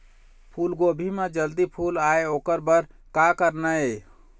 फूलगोभी म जल्दी फूल आय ओकर बर का करना ये?